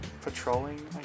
patrolling